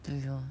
对 lor